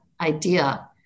idea